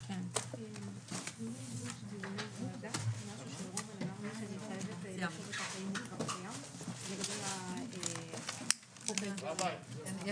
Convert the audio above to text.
13:30.